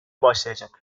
başlayacak